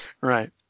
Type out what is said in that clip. Right